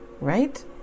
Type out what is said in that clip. right